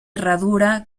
herradura